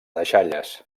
deixalles